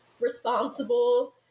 responsible